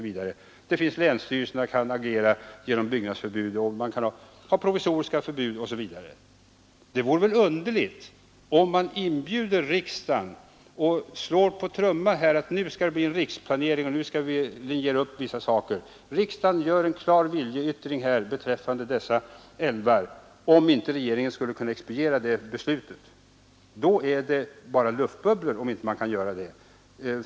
Vidare kan länsstyrelserna agera genom byggnadsförbud, man kan ha provisoriska förbud osv. Om regeringen slår på trumman och säger att det skall bli en riksplanering och riksdagen fattar beslut beträffande dessa älvar, vore det väl underligt om inte regeringen skulle kunna expediera detta beslut. Om regeringen inte kan göra det blir ju dess uttalande bara luftbubblor.